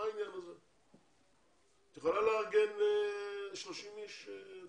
את יכולה לארגן אצלך 30 אנשים?